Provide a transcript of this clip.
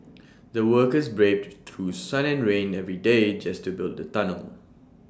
the workers braved through sun and rain every day just to build the tunnel